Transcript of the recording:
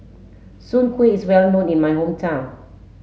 Soon kway is well known in my hometown